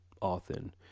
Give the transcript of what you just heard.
often